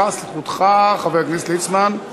זכותך, חבר הכנסת ליצמן.